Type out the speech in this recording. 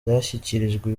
zashyikirijwe